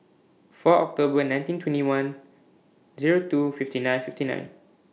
four October nineteen twenty one Zero two fifty nine fifty nine